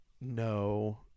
no